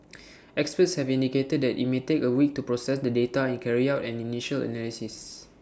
experts have indicated that IT may take A week to process the data and carry out an initial analysis